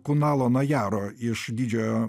kunalą najarą iš didžiojo